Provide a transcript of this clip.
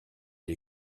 les